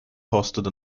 hosted